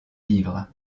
vivre